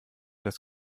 das